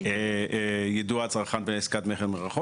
תיקון סעיף 52. בסעיף 5 לחוק העיקרי,